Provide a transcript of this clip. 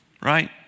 Right